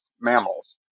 mammals